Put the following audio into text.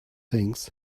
things